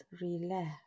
relax